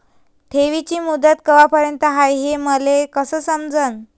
ठेवीची मुदत कवापर्यंत हाय हे मले कस समजन?